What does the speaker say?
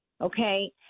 okay